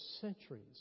centuries